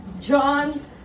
John